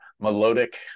melodic